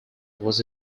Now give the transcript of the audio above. was